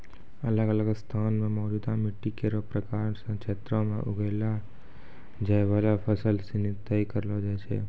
अलग अलग स्थान म मौजूद मिट्टी केरो प्रकार सें क्षेत्रो में उगैलो जाय वाला फसल सिनी तय करलो जाय छै